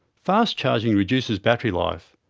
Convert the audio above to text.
fast charging reduces battery life,